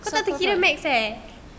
kau tak tahu kira maths eh